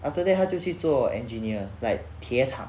after that 他就去做 engineer like 铁厂